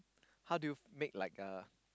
how do you make like uh